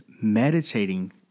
meditating